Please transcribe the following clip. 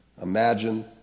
Imagine